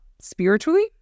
spiritually